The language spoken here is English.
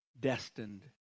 destined